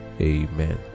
Amen